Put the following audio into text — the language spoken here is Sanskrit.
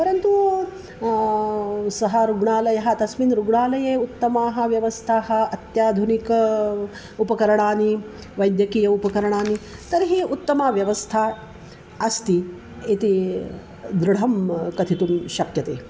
परन्तु सः रुग्णालयः तस्मिन् रुग्णालये उत्तमाः व्यवस्थाः अत्याधुनिक उपकरणानि वैद्यकीय उपकरणानि तर्हि उत्तमा व्यवस्था अस्ति इति दृढं कथितुं शक्यते